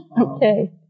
Okay